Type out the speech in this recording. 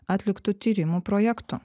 atliktu tyrimų projektu